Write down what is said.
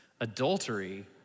adultery